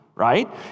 right